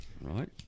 right